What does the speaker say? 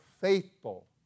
faithful